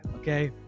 okay